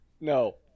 No